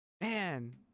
Man